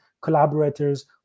collaborators